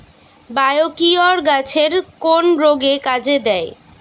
Biocure গাছের কোন রোগে কাজেদেয়?